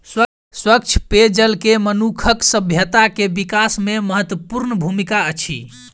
स्वच्छ पेयजल के मनुखक सभ्यता के विकास में महत्वपूर्ण भूमिका अछि